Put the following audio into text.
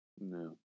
No